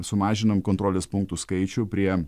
sumažinom kontrolės punktų skaičių prie